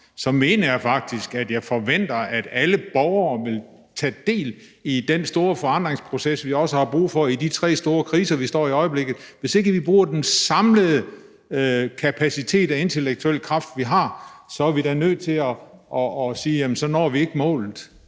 mener jeg faktisk, at jeg forventer, at alle borgere vil tage del i den store forandringsproces, vi også har brug for i de tre store kriser, vi i øjeblikket står i. Hvis ikke vi bruger den samlede kapacitet af intellektuel kraft, vi har, så er vi da nødt til at sige, at så når vi ikke målet.